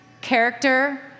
character